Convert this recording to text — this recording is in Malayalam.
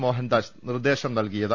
മോഹനദാസ് നിർദ്ദേശം നൽകിയ ത്